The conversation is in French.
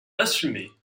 assumée